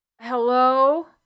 Hello